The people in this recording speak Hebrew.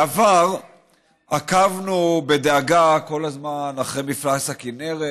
בעבר עקבנו בדאגה כל הזמן אחרי מפלס הכינרת.